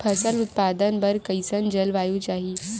फसल उत्पादन बर कैसन जलवायु चाही?